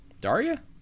Daria